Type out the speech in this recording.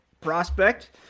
prospect